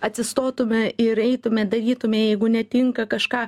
atsistotume ir eitume darytume jeigu netinka kažką